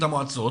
המועצות,